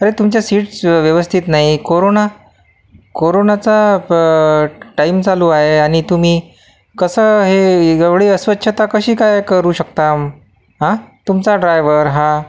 अरे तुमच्या सीट्स व्यवस्थित नाहीत कोरोना कोरोनाचा टाईम चालू आहे आणि तुम्ही कसं हे एवढी अस्वच्छता कशी काय करू शकता आं तुमचा ड्रायव्हर हा